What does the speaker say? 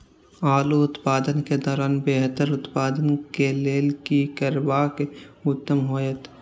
आलू उत्पादन के दौरान बेहतर उत्पादन के लेल की करबाक उत्तम होयत?